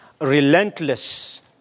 Relentless